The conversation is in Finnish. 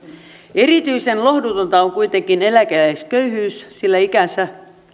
erityisen lohdutonta on kuitenkin eläkeläisköyhyys sillä ikänsä